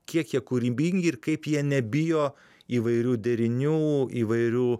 kiek jie kūrybingi ir kaip jie nebijo įvairių derinių įvairių